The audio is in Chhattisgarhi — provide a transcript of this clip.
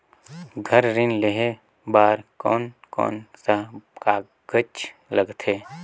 घर ऋण लेहे बार कोन कोन सा कागज लगथे?